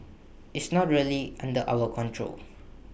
it's not really under our control